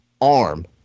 arm